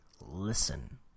listen